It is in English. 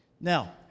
Now